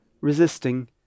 resisting